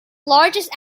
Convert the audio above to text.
largest